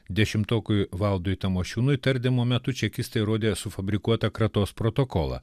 dešimtokui valdui tamošiūnui tardymo metu čekistai rodė sufabrikuotą kratos protokolą